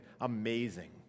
amazing